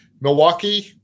Milwaukee